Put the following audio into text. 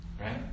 right